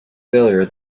failure